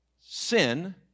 Sin